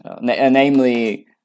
namely